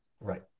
Right